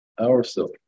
ourself